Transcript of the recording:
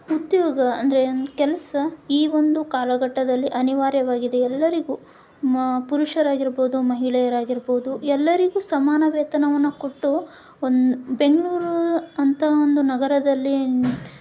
ಉದ್ಯೋಗ ಅಂದರೆ ಕೆಲಸ ಈ ಒಂದು ಕಾಲಘಟ್ಟದಲ್ಲಿ ಅನಿವಾರ್ಯವಾಗಿದೆ ಎಲ್ಲರಿಗೂ ಮೊ ಪುರುಷರಾಗಿರ್ಬೋದು ಮಹಿಳೆಯರಾಗಿರ್ಬೋದು ಎಲ್ಲರಿಗೂ ಸಮಾನ ವೇತನವನ್ನು ಕೊಟ್ಟು ಒಂದು ಬೆಂಗ್ಳೂರು ಅಂಥ ಒಂದು ನಗರದಲ್ಲಿ